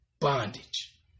bondage